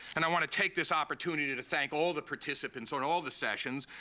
and i want to take this opportunity to thank all the participants on all the sessions,